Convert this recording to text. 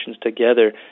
together